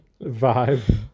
vibe